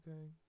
Okay